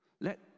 let